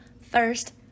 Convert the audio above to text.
First